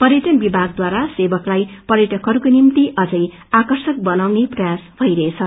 पर्यअन विमागक्षरा सेवकलाई पर्यटकहस्को निभ्ति अबै आकप्रक बनाउने प्रयास भईरहेछ